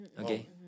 Okay